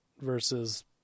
versus